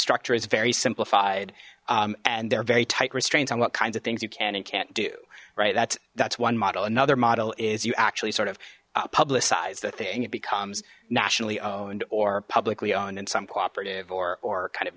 structure is very simplified and they're very tight restraints on what kinds of things you can and can't do right that's that's one model another model is you actually sort of publicize the thing it becomes nationally owned or publicly owned in some cooperative or kind of